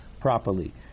properly